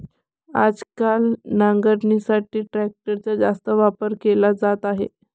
आजकाल नांगरणीसाठी ट्रॅक्टरचा जास्त वापर केला जात आहे